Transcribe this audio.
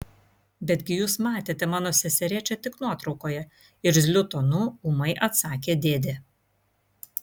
betgi jūs matėte mano seserėčią tik nuotraukoje irzliu tonu ūmai atsakė dėdė